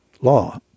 law